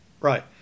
Right